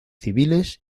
civiles